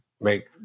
Make